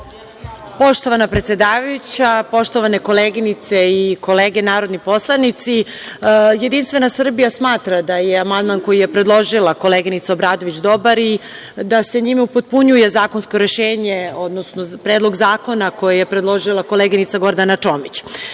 Poštovana predsedavajuća, poštovane koleginice i kolege narodni poslanici, Jedinstvena Srbija smatra da je amandman koji je predložila koleginica Obradović dobar i da se njime upotpunjuje zakonsko rešenje, odnosno Predlog zakona koji je predložila koleginica Gordana